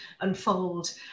unfold